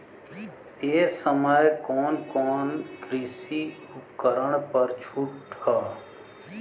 ए समय कवन कवन कृषि उपकरण पर छूट ह?